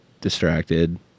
distracted